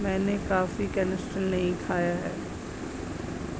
मैंने कभी कनिस्टेल नहीं खाया है